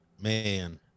man